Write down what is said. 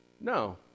No